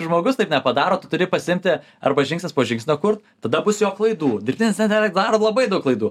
žmogus taip nepadaro tu turi pasiimti arba žingsnis po žingsnio kurt tada bus jo klaidų dirbtinis intelekt daro labai daug klaidų